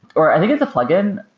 or i think it's a plugin,